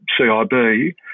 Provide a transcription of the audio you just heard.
CIB